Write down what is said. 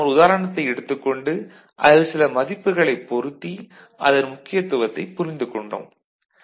மற்றும் நாம் ஒரு உதாரணத்தை எடுத்துக் கொண்டு அதில் சில மதிப்புகளைப் பொருத்தி அதன் முக்கியத்துவத்தைப் புரிந்து கொண்டோம்